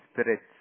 Spirit's